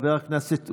חבר הכנסת עודה,